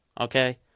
Okay